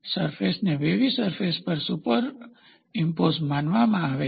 રફનેસને wavy surface પર superimpose માનવામાં આવે છે